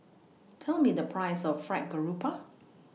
Tell Me The Price of Fried Garoupa